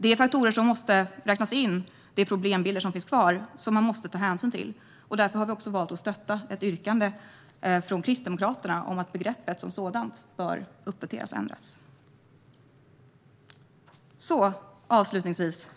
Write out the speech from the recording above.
Det är faktorer som måste räknas in. Det är problembilder som finns kvar och som man måste ta hänsyn till. Därför har vi också valt att stötta ett yrkande från Kristdemokraterna om att begreppet som sådant bör uppdateras och ändras. Herr talman!